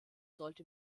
sollte